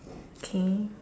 okay